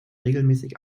regelmäßig